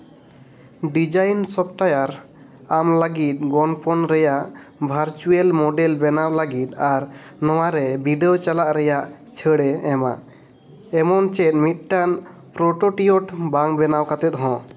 design software ᱟᱢ ᱞᱟᱹᱜᱤᱫ ᱜᱚᱱᱯᱚᱱ ᱨᱮᱭᱟᱜ ᱵᱷᱟᱨᱪᱩᱭᱮᱞ ᱢᱚᱰᱮᱞ ᱵᱮᱱᱟᱣ ᱞᱟᱹᱜᱤᱫ ᱟᱨ ᱱᱚᱣᱟ ᱨᱮ ᱵᱤᱰᱟᱹᱣ ᱪᱟᱞᱟᱣ ᱨᱮᱭᱟᱜ ᱪᱷᱟᱹᱲ ᱮ ᱮᱢᱟ ᱮᱢᱚᱱ ᱪᱮᱫ ᱢᱤᱫᱴᱟᱝ ᱯᱨᱳᱴᱳᱴᱤᱭᱚᱴ ᱵᱟᱝ ᱵᱮᱱᱟᱣ ᱠᱟᱛᱮᱫ ᱦᱚᱸ